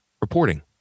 reporting